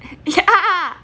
ya